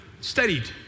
studied